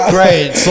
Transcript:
Great